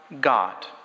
God